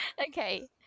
Okay